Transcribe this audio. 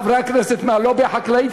חברי הכנסת מהלובי החקלאי,